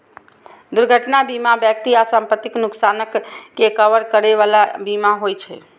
दुर्घटना बीमा व्यक्ति आ संपत्तिक नुकसानक के कवर करै बला बीमा होइ छे